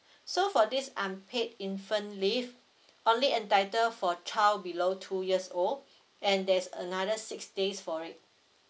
so for this unpaid infant leave only entitle for child below two years old and there's another six days for it